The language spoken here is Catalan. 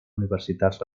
universitats